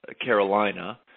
Carolina